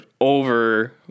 over